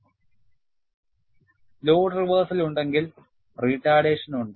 നേരെമറിച്ച് load reversal ഉണ്ടെങ്കിൽ retardation ഉണ്ട്